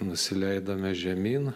nusileidome žemyn